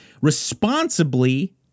responsibly